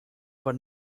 but